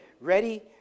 Ready